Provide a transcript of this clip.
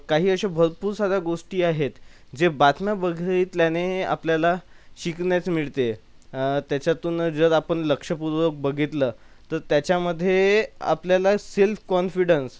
काही असे भरपूर साऱ्या गोष्टी आहेत जे बातम्या बघितल्याने आपल्याला शिकण्यास मिळते त्याच्यातून जर आपण लक्षपूर्वक बघितलं तर त्याच्यामध्ये आपल्याला सेल्फ कॉन्फिडंस